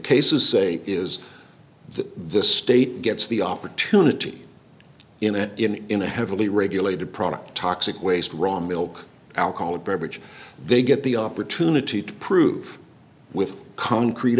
cases say is that the state gets the opportunity in it in a heavily regulated product toxic waste raw milk alcoholic beverage they get the opportunity to prove with concrete